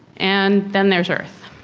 and then there's earth.